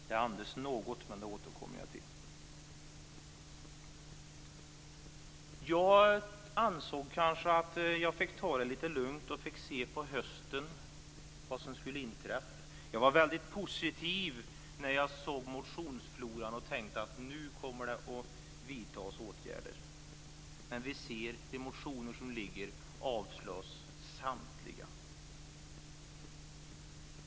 Det andas något, men det återkommer jag till. Jag ansåg att jag fick ta det lite lugnt och se vad som skulle inträffa under hösten. Jag var väldigt positiv när jag såg motionsfloran och tänkte att det nu kommer att vidtas åtgärder. Men vi ser att samtliga de motioner som ligger här kommer att avslås.